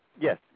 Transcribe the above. Yes